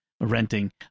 renting